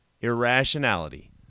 irrationality